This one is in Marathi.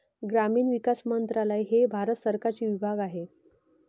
ग्रामीण विकास मंत्रालय हे भारत सरकारचे विभाग आहे